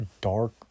dark